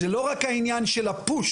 זה לא רק העניין של הפוש,